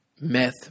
Meth